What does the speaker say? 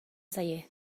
zaie